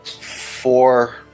four